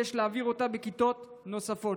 ויש להעביר אותה בכיתות נוספות.